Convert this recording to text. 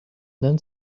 than